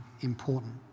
important